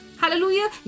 Hallelujah